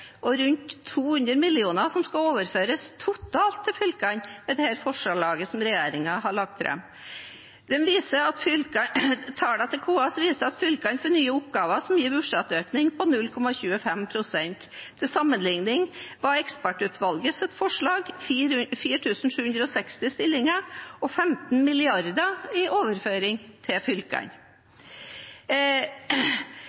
er rundt 200 mill. kr totalt som skal overføres til fylkene. Tallene til KS viser at fylkene får nye oppgaver som gir en budsjettøkning på 0,25 pst. Til sammenligning var ekspertutvalgets forslag 4 760 stillinger og 15 mrd. kr i overføring til fylkene.